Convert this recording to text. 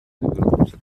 должны